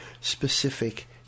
specific